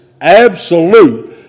absolute